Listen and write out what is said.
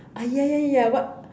ah ya ya ya what